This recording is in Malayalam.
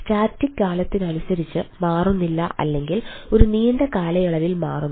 സ്റ്റാറ്റിക് കാലത്തിനനുസരിച്ച് മാറുന്നില്ല അല്ലെങ്കിൽ ഒരു നീണ്ട കാലയളവിൽ മാറുന്നു